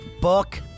book